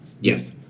Yes